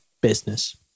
business